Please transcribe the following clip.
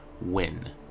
win